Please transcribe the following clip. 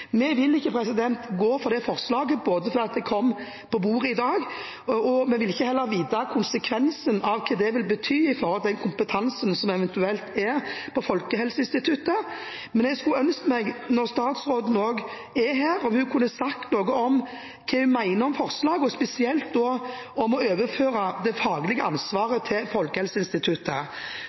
Vi vil ikke gå for det forslaget – både fordi det kom i dag, og fordi vi heller ikke vet konsekvensen av hva det vil bety for den kompetansen som er på Folkehelseinstituttet. Jeg skulle ønske, når statsråden er her, at hun kunne sagt noe om hva hun mener om forslagene – og da spesielt om å overføre det faglige ansvaret til Folkehelseinstituttet.